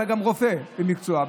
אתה גם רופא במקצוע.